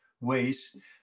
ways